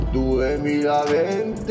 2020